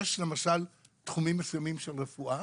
יש למשל תחומים מסוימים של רפואה